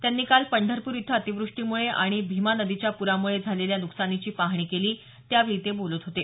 त्यांनी काल पंढरपूर इथं अतिवृष्टीमुळे आणि भीमा नदीच्या प्रामुळे झालेल्या न्कसानीची पाहणी केली त्यावेळी ते बोलत होते